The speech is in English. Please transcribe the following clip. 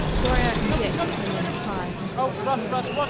gloria and dick came in at five and called his name.